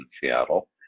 Seattle